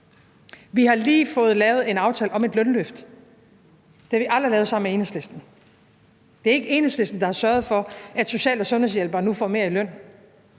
Vi har lige fået lavet en aftale om et lønløft. Det har vi aldrig lavet sammen med Enhedslisten. Det er ikke Enhedslisten, der har sørget for, at social- og sundhedshjælpere nu får mere i løn.